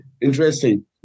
Interesting